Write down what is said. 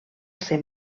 ser